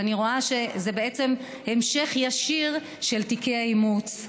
ואני רואה שזה בעצם המשך ישיר של תיקי האימוץ.